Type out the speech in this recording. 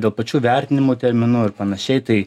dėl pačių vertinimo termino ir panašiai tai